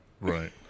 Right